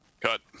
cut